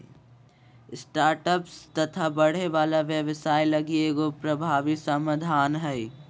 startups तथा बढ़े वाला व्यवसाय लगी एगो प्रभावी समाधान हइ